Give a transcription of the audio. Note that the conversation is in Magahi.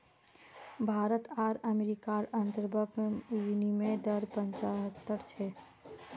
भारत आर अमेरिकार अंतर्बंक विनिमय दर पचाह्त्तर छे